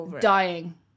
dying